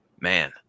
man